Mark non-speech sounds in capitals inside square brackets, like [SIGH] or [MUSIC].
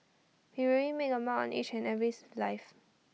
he really made A mark on each and [UNINTELLIGIBLE] life